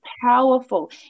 powerful